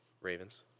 Ravens